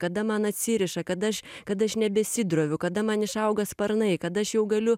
kada man atsiriša kad aš kada aš nebesidroviu kada man išauga sparnai kada aš jau galiu